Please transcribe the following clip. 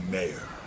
Mayor